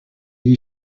you